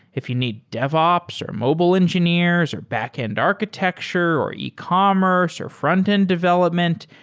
if you need devops, or mobile engineers, or backend architecture, or ecommerce, or frontend development,